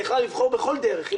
היא יכלה לבחור בכל דרך.